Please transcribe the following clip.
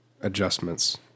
adjustments